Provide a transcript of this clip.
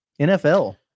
NFL